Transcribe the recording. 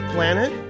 Planet